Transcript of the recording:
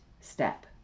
step